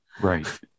Right